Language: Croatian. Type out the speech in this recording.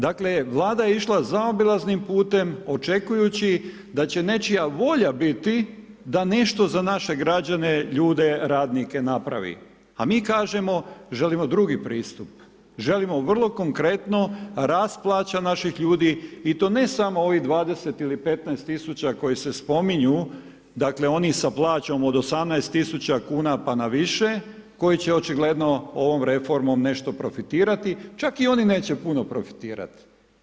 Dakle, Vlada je išla zaobilaznim putem očekujući da će nečija volja biti da nešto za naše građane, ljude, radnike, napravi, a mi kažemo, želimo drugi pristup, želimo vrlo konkretno rast plaća naših ljudi i to ne samo ovih 20 ili 15 000 koji se spominju, dakle, oni sa plaćom od 18.000,00 kn, pa na više, koji će očigledno ovom reformom nešto profitirati, čak ni oni neće puno profitirati.